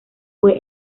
fue